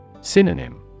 Synonym